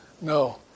No